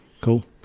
Cool